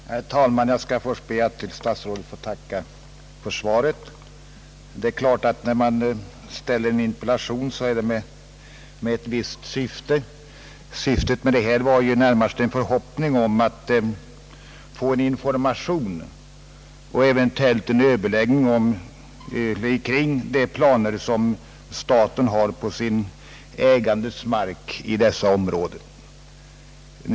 Herr talman! Jag skall först be att få tacka herr statsrådet för svaret. Det är klart att när man ställer en interpellation gör man det i ett visst syfte. Bakom denna interpellation låg närmast en förhoppning om att få en information och eventuellt en överläggning om de planer som staten har för sin ägandes mark i de områden det här gäller.